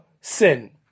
sin